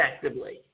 effectively